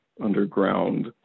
underground